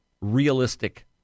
realistic